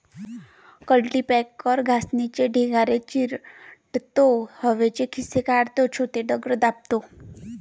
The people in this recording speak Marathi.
कल्टीपॅकर घाणीचे ढिगारे चिरडतो, हवेचे खिसे काढतो, छोटे दगड दाबतो